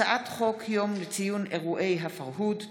הצעת חוק לתיקון פקודת היערות (סמכות השר להגנת הסביבה),